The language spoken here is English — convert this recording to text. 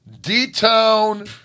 D-Town